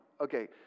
okay